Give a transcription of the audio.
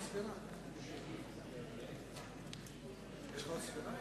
מצביעה עתניאל שנלר